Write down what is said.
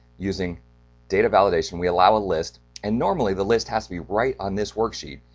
using data validation we allow a list and normally the list has to be right on this worksheet.